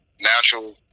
natural